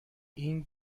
این